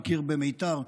מכיר במיתר,